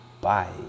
Bye